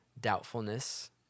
doubtfulness